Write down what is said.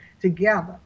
together